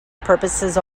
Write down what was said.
purposes